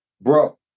bro